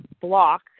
block